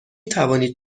توانید